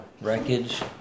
wreckage